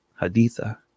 Haditha